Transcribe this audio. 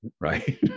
right